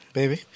Baby